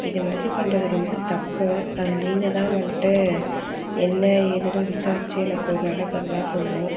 இது மாதிரி பண்ணுறது ரொம்ப தப்பு அது நீங்கள் தான் வந்துட்டு என்ன ஏதுன்னு விசாரிச்சி எனக்கு ஒரு நல்ல பதிலாக சொல்லணும்